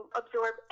absorb